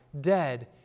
dead